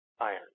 iron